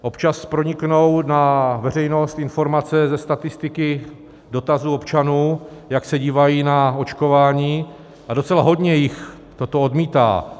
Občas proniknou na veřejnost informace ze statistiky dotazů občanů, jak se dívají na očkování, a docela hodně jich toto odmítá.